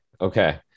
Okay